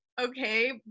Okay